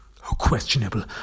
questionable